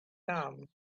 come